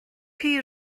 chi